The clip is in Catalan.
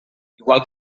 igual